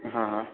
હા